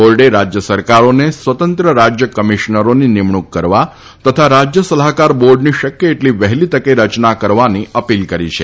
બોર્ડે રાજ્ય સરકારોને સ્વતંત્ર રાજ્ય કમીશનરોની નિમણૂંક કરવા તથા રાજ્ય સલાહકાર બોર્ડની શક્ય એટલી વફેલી તકે રચના કરવાની અપીલ કરી છે